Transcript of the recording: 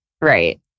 right